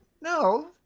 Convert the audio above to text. no